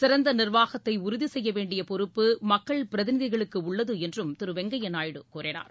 சிறந்த நிர்வாகத்தை உறுதி செய்ய வேண்டிய பொறுப்பு மக்கள் பிரிதிநிதகளுக்கு உள்ளது என்றும் திரு வெங்கய்ய நாயுடு கூறினார்